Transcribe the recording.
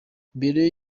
mbere